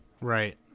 Right